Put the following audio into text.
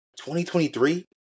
2023